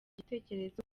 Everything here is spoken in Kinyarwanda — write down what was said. gitekerezo